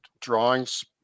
drawings